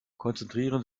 konzentrieren